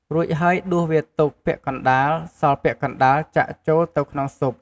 រួចហើយដួសវាទុក ពាក់កណ្តាល សល់ពាក់កណ្តាល ចាក់ចូលទៅក្នុងស៊ុប។